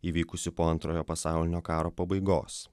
įvykusių po antrojo pasaulinio karo pabaigos